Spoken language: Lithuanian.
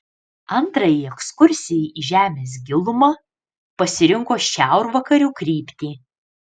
antrajai ekskursijai į žemės gilumą pasirinko šiaurvakarių kryptį